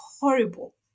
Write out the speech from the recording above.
horrible